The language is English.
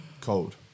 cold